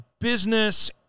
business